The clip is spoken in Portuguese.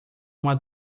uma